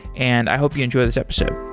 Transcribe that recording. and i hope you enjoy this episode.